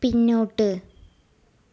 പിന്നോട്ട്